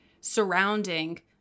surrounding